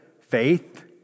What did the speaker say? faith